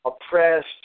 oppressed